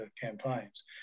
campaigns